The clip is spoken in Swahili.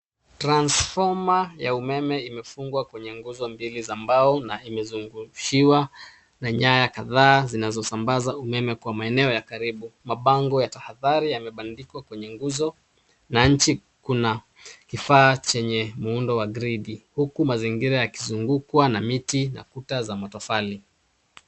Transfoma ya umeme imefungwa kwenye nguzo mbili za mbao na imezungushiwa na nyaya kadhaa zinazozambaza umeme kwa maeneo ya karibu, mabango ya tahadhari yamebandikwa kwenye nguzo na nchi kuna kifaa chenye muundo wa gridi huku mazingira yakizungukwa na miti na kuta za matofali.